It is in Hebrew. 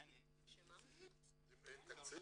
אם אין תקציב,